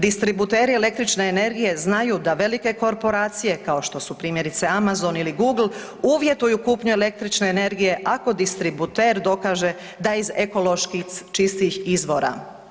Distributeri električne energije znaju da velike korporacije kao što su primjerice Amazon ili Google uvjetuju kupnju električne energije ako distributer dokaže da je iz ekoloških čistih izvora.